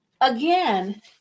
again